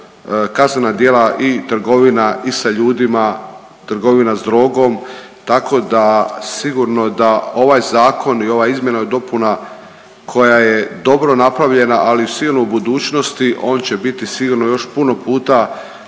kaznena djela i trgovina i sa ljudima, trgovina sa drogom, tako da sigurno da ovaj zakon i ova izmjena i dopuna koja je dobro napravljena, ali sigurno u budućnosti on će biti sigurno još puno puta